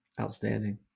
outstanding